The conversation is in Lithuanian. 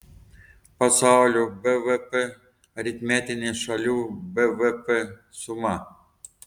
pasaulio bvp aritmetinė šalių bvp suma